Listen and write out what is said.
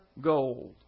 gold